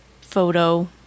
photo